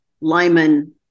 Lyman